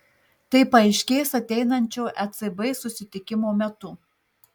tai paaiškės ateinančio ecb susitikimo metu